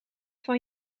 van